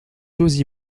chose